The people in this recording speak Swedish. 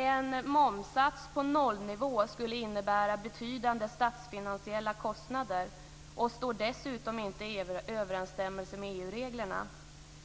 En momssats på "nollnivå" skulle innebära betydande statsfinansiella kostnader och står dessutom inte i överensstämmelse med EU-reglerna.